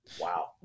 Wow